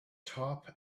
top